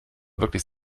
wirklich